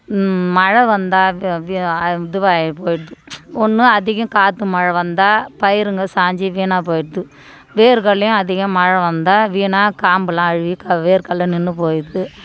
மழை வந்தால் இதுவாகி போயிடுது ஒன்றும் அதிகம் காற்று மழை வந்தால் பயிருங்க சாஞ்சு வீணாக போயிடுது வேர்க்கடலையும் அதிகம் மழை வந்தால் வீணாய் காம்பெலாம் அழுவி க வேர்கடல நின்று போயிடுது